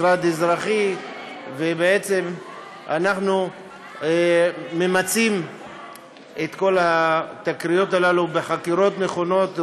ובעצם אנחנו ממצים את כל התקריות הללו בחקירות נכונות,